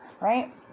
right